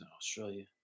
Australia